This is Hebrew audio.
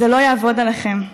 זה לא יעבוד לכם.